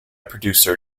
producer